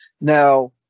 Now